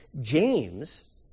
James